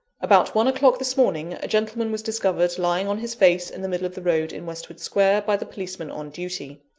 about one o'clock this morning, a gentleman was discovered lying on his face in the middle of the road, in westwood square, by the policeman on duty.